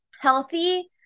healthy